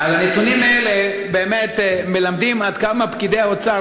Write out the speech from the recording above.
הנתונים האלה באמת מלמדים עד כמה פקידי האוצר